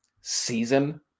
season